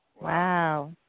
Wow